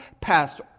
passed